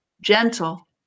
gentle